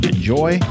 Enjoy